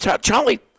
Charlie